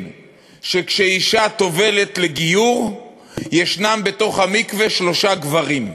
שכשאישה טובלת לגיור יש בתוך המקווה שלושה גברים.